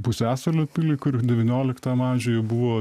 pusiasalio pilį kur devynioliktam amžiuj jau buvo